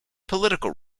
political